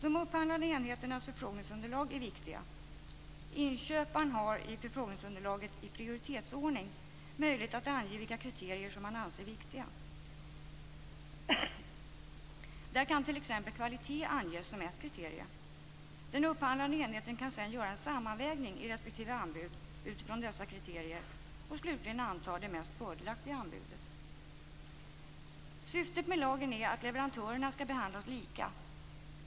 De upphandlande enheternas förfrågningsunderlag är viktiga. Inköparen har i förfrågningsunderlaget, i prioritetsordning, möjlighet att ange vilka kriterier som man anser viktiga. Där kan t.ex. kvalitet anges som ett kriterium. Den upphandlande enheten kan sedan göra en sammanvägning av respektive anbud utifrån dessa kriterier och slutligen anta det mest fördelaktiga anbudet. Syftet med lagen är att leverantörerna skall behandlas lika.